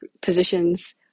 positions